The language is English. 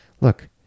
look